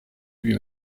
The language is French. lui